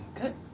Good